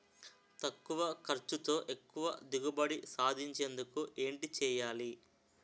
తక్కువ ఖర్చుతో ఎక్కువ దిగుబడి సాధించేందుకు ఏంటి చేయాలి?